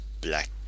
black